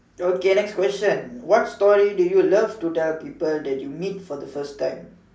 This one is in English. okay next question what story do you love to tell people that you meet for the first time